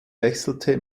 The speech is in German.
wechselte